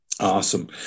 Awesome